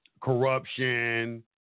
corruption